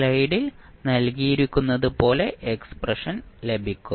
സ്ലൈഡിൽ നൽകിയിരിക്കുന്നതുപോലെ എക്സ്പ്രഷൻ ലഭിക്കുന്നു